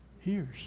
Hears